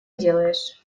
делаешь